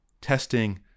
testing